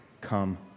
come